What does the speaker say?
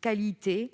qualité